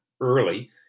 early